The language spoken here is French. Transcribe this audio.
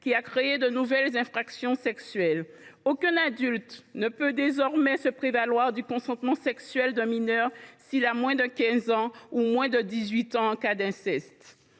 a créé de nouvelles infractions sexuelles. Aucun adulte ne peut désormais se prévaloir du consentement sexuel d’un mineur de moins de 15 ans, ou de moins de 18 ans en cas d’inceste.